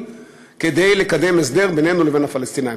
כדי לקדם הסדר בינינו לבין הפלסטינים.